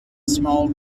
small